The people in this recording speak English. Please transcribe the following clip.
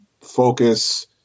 focus